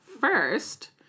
First